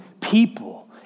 people